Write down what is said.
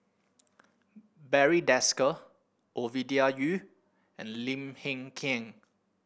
Barry Desker Ovidia Yu and Lim Hng Kiang